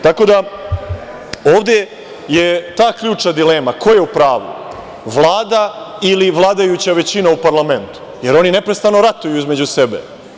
Tako da, ovde je ta ključna dilema ko je u pravu, Vlada ili vladajuća većina u parlamentu, jer oni neprestano ratuju između sebe.